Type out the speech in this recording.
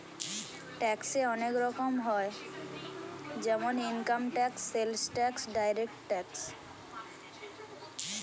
ট্যাক্সে অনেক রকম হয় যেমন income tax, sales tax, direct tax